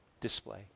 display